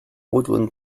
woodland